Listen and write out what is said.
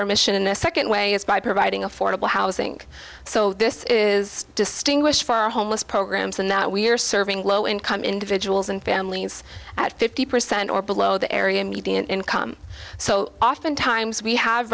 our mission in a second way is by providing affordable housing so this is distinguished for our homeless programs and that we're serving low income individuals and families at fifty percent or below the area median income so oftentimes we have